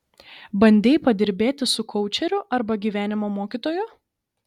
bandei padirbėti su koučeriu arba gyvenimo mokytoju